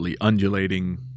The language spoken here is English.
undulating